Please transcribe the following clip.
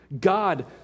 God